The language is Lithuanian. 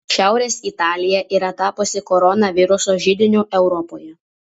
šiaurės italija yra tapusi koronaviruso židiniu europoje